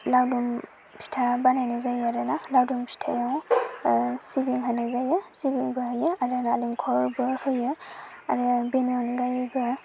लावदुम फिथा बानायनाय जायो आरोना लावदुम फिथाया सिबिं होनाय जायो सिबिंबो होयो आरो नारेंखलबो होयो आरो बेनि अनगायैबो